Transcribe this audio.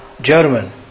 German